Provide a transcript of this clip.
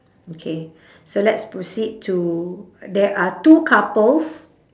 okay so let's proceed to there are two couples